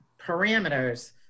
parameters